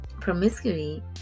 promiscuity